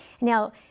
Now